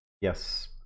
Yes